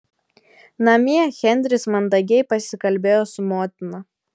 namie henris mandagiai pasikalbėjo su motina